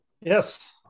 Yes